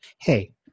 hey